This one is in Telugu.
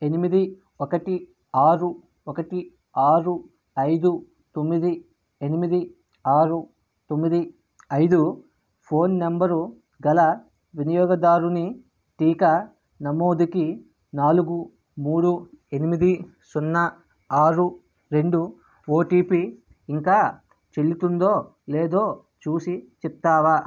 ఎనిమిది ఒకటి ఆరు ఒకటి ఆరు ఐదు తొమ్మిది ఎనిమిది ఆరు తొమ్మిది ఐదు ఫోన్ నంబరు గల వినియోగదారుని టీకా నమోదుకి నాలుగు మూడు ఎనిమిది సున్నా ఆరు రెండు ఓటీపీ ఇంకా చెందుతుందో లేదో చూసి చెప్తావా